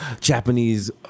Japanese